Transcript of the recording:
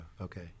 Okay